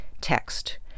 text